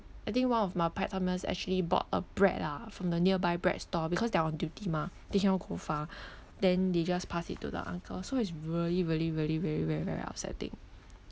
I think one of my part timers actually bought a bread lah from the nearby bread stall because they're on duty mah they cannot go far then they just passed it to the uncle so it's really really really very very very very upsetting